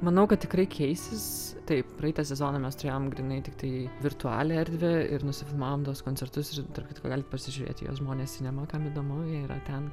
manau kad tikrai keisis taip praeitą sezoną mes turėjom grynai tiktai virtualią erdvę ir nusifilmavom tuos koncertus ir tarp kitko galit pasižiūrėti juos žmonės jie nemokami kam įdomu jie yra ten